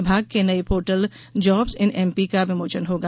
विभाग के नये पोर्टल ष्जॉब्स इन एमपीष् का विमोचन होगा